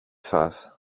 σας